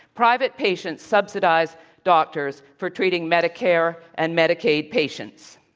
private patients subsidize doctors for treating medicare and medicaid patients.